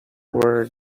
where